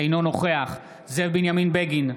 אינו נוכח זאב בנימין בגין,